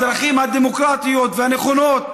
בדרכים הדמוקרטיות והנכונות,